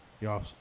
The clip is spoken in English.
y'all